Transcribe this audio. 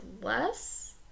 less